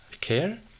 care